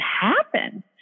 happen